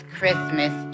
Christmas